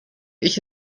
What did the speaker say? ich